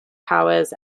powers